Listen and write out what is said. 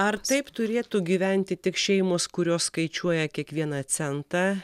ar taip turėtų gyventi tik šeimos kurios skaičiuoja kiekvieną centą